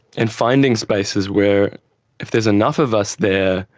and finding spaces where if there's enough of us there,